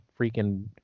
freaking